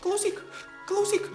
klausyk klausyk